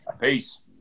Peace